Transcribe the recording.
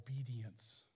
obedience